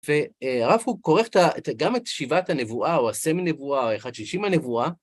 והרב קוק כורך גם את שיבת הנבואה, או הסמי נבואה, או אחד שלישים הנבואה.